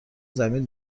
زمین